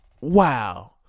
Wow